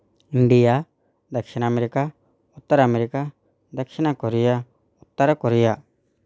India దక్షిణ America ఉత్తర America దక్షిణ కొరియా ఉత్తర కొరియా